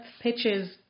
pitches